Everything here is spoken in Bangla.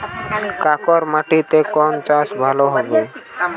কাঁকর মাটিতে কোন চাষ ভালো হবে?